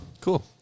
Cool